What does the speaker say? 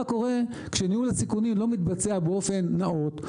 קורה כשניהול הסיכונים לא מתבצע באופן נאות,